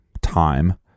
time